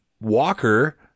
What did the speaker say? walker